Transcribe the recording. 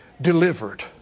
delivered